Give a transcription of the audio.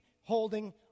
holding